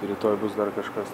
rytoj bus dar kažkas